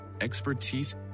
expertise